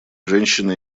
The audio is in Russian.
женщины